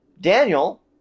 Daniel